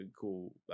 cool